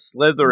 Slytherin